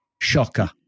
shocker